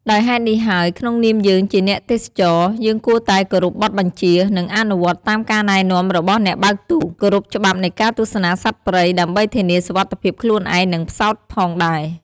ដោយហេតុនេះហើយក្នុងនាមយើងជាអ្នកទេសចរណ៍យើងគួរតែគោរពបទបញ្ជា នឹងអនុវត្តតាមការណែនាំរបស់អ្នកបើកទូក គោរពច្បាប់នៃការទស្សនាសត្វព្រៃ ដើម្បីធានាសុវត្ថិភាពខ្លួនឯង និងផ្សោតផងដែរ ។